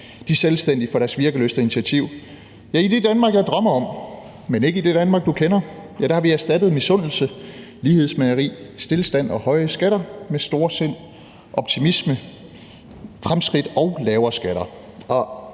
vi de selvstændige for deres virkelyst og initiativ. I det Danmark, jeg drømmer om, men ikke i det Danmark, du kender, har vi erstattet misundelse, lighedsmageri, stilstand og høje skatter med storsind, optimisme, fremskridt og lavere skatter.